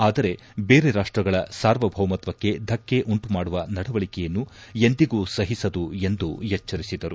ಆದರೆ ಬೇರೆ ರಾಷ್ಟಗಳ ಸಾರ್ವಭೌಮತ್ವಕ್ಕೆ ಧಕ್ಕೆ ಉಂಟು ಮಾಡುವ ನಡವಳಿಕೆಯನ್ನು ಎಂದಿಗೂ ಸಹಿಸದು ಎಂದು ಎಚ್ವರಿಸಿದರು